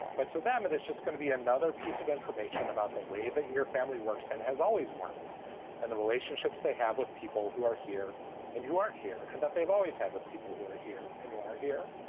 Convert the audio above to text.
but to them, it is just gonna be another piece of information about the way that your family works and has always worked and the relationships they have with people who are here and who aren't here and that they've always had with people who are here and who are here.